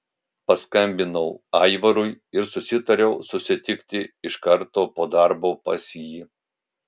paskambinau aivarui ir susitariau susitikti iš karto po darbo pas jį